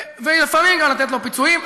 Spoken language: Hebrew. וגם לתת לו פיצויים.